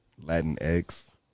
Latinx